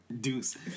Deuce